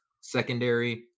secondary